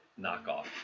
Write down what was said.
knockoff